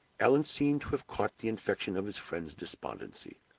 allan seemed to have caught the infection of his friend's despondency.